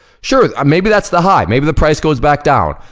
sure, um maybe that's the high, maybe the price goes back down,